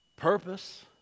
Purpose